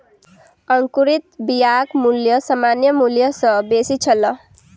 अंकुरित बियाक मूल्य सामान्य मूल्य सॅ बेसी छल